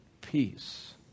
Peace